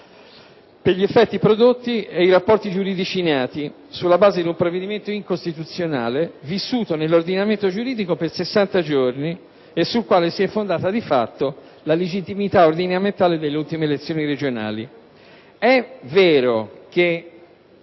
per gli effetti prodotti e i rapporti giuridici nati sulla base di un provvedimento incostituzionale vissuto nell'ordinamento giuridico per 60 giorni e sul quale si è fondata, di fatto, la legittimità ordinamentale delle ultime elezioni regionali. È vero